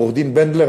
עורך-דין בנדלר,